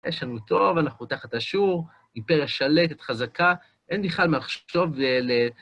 יש לנו טוב, אנחנו תחת אשור, אימפריה שלטת, חזקה, אין בכלל מה לחשוב ל...